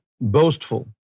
boastful